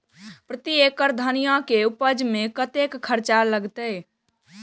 प्रति एकड़ धनिया के उपज में कतेक खर्चा लगते?